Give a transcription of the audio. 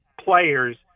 players